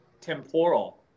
Temporal